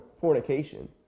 fornication